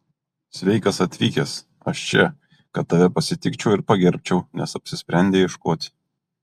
sveikas atvykęs aš čia kad tave pasitikčiau ir pagerbčiau nes apsisprendei ieškoti